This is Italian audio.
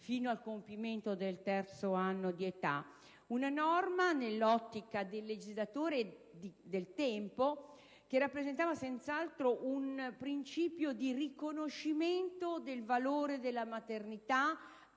fino al compimento del terzo anno di età. È una norma che, nell'ottica del legislatore del tempo, rappresentava senz'altro un principio di riconoscimento del valore della maternità